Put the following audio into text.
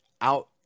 out